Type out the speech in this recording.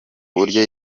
buryo